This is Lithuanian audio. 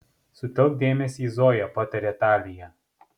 sutelk dėmesį į zoją patarė talija